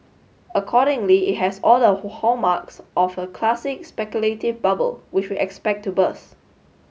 accordingly it has all the who hallmarks of a classic speculative bubble which we expect to burst